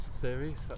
series